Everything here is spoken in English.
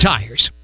Tires